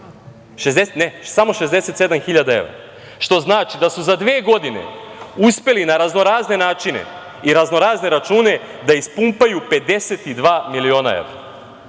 samo 67 hiljada evra, što znači da su za dve godine uspeli na raznorazne načine i raznorazne račune da ispumpaju 52 miliona